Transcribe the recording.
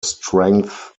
strength